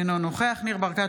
אינו נוכח ניר ברקת,